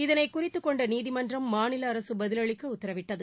இதனைகுறித்துக்கொண்டநீதிமன்றம் மாநிலஅரசுபதிலளிக்கஉத்தரவிட்டது